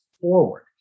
forward